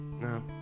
No